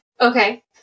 Okay